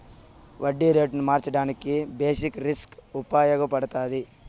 వడ్డీ రేటును మార్చడానికి బేసిక్ రిస్క్ ఉపయగపడతాది